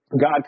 God